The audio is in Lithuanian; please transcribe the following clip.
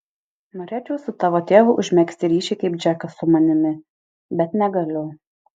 norėčiau su savo tėvu užmegzti ryšį kaip džekas su manimi bet negaliu